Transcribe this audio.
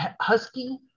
husky